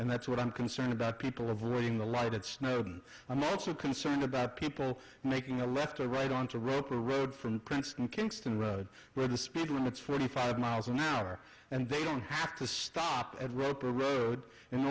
and that's what i'm concerned about people averting the light at snowdon i'm also concerned about people making a left eye right on to roper road from princeton kingston road where the speed limit's forty five miles an hour and they don't have to stop at ro